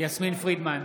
יסמין פרידמן,